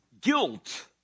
guilt